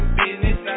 business